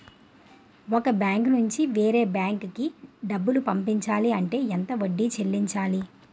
ఒక బ్యాంక్ నుంచి వేరే బ్యాంక్ కి డబ్బులు పంపించాలి అంటే ఎంత వడ్డీ చెల్లించాలి?